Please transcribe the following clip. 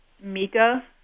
Mika